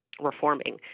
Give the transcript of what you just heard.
reforming